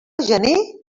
gener